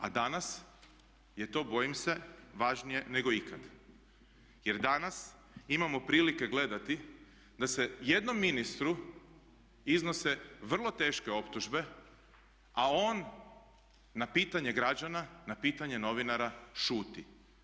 A danas je to bojim se važnije nego ikad jer danas imao prilike gledati da se jednom ministru iznose vrlo teške optužbe a on na pitanje građana, na pitanje novinara šuti.